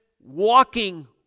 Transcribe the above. walking